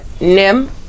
Nim